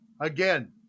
again